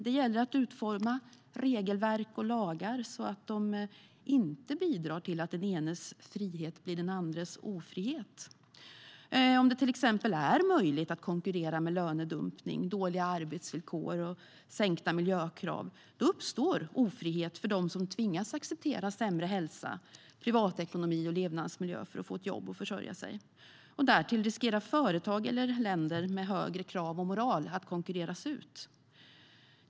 Det gäller att utforma regelverk och lagar så att de inte bidrar till att den enes frihet blir den andres ofrihet. Om det till exempel är möjligt att konkurrera med lönedumpning, dåliga arbetsvillkor och sänkta miljökrav uppstår ofrihet för dem som tvingas acceptera sämre hälsa, privatekonomi och levnadsmiljö för att få ett jobb och försörja sig. Därtill riskerar företag eller länder med högre krav och moral att konkurreras ut.